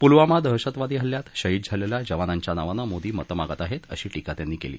पुलवामा दहशतवादी हल्ल्यात शहीद झालेल्या जवानांच्या नावाने मोदी मतं मागत आहेत अशी टीका त्यांनी केली